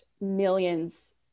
millions